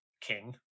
king